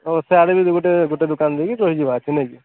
ଓ ସେଆଡ଼େ ବୋଲି ଗୁଟେ ଗୁଟେ ଦୁକାନ ଦେଇକି ରହିଯିବା ସେନେ କି